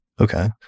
Okay